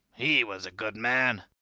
he was a good man.